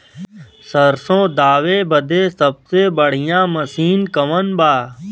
सरसों दावे बदे सबसे बढ़ियां मसिन कवन बा?